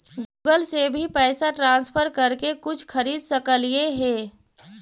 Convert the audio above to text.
Google से भी पैसा ट्रांसफर कर के कुछ खरिद सकलिऐ हे?